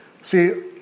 see